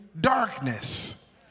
darkness